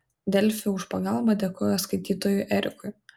delfi už pagalbą dėkoja skaitytojui erikui